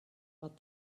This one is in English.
but